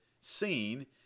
seen